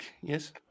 Yes